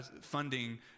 funding